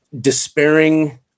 despairing